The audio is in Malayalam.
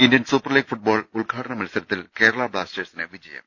ഇന്ത്യൻ സൂപ്പർലീഗ് ഫുട്ബോൾ ഉദ്ഘാടന മത്സരത്തിൽ കേരള ബ്ലാസ്റ്റേഴ്സിന് വിജയം